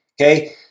okay